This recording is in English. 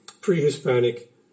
pre-Hispanic